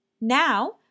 Now